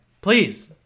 Please